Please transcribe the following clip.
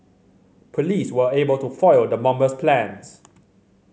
police were able to foil the bomber's plans